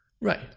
Right